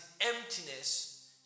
emptiness